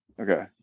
Okay